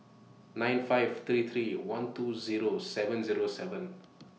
nine five three three one two Zero seven Zero seven